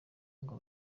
ngo